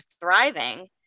thriving